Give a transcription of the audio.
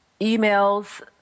emails